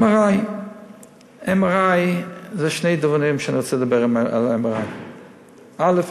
MRI. יש שני דברים שאני רוצה לומר על MRI. א.